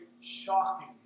shocking